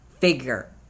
figure